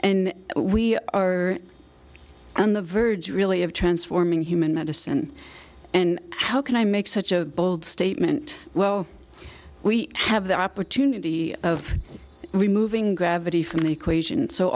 and we are on the verge really of transforming human medicine and how can i make such a bold statement well we have the opportunity of removing gravity from the equation so